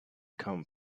come